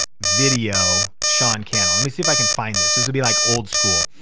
video sean cannell. let me see if i can find this. this would be like old school.